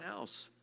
else